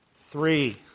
three